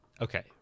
Okay